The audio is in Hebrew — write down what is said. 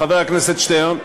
חבר הכנסת שטרן,